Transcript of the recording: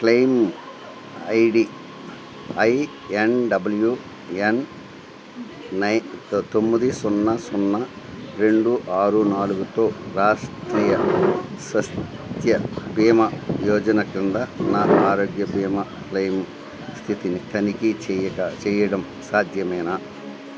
claim I D I N W N తొమ్మిది సున్నా సున్నా రెండు ఆరు నాలుగుతో రాష్ట్రీయ స్వాస్థ్య బీమా యోజన కింద నా ఆరోగ్య బీమా క్లెయిమ్ స్థితిని తనిఖీ చేయడం సాధ్యమేనా